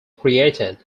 created